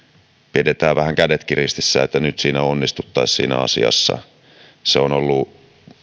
pidetään vähän kädetkin ristissä että nyt onnistuttaisiin siinä asiassa se on ollut